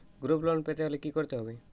Group loan পেতে হলে কি করতে হবে?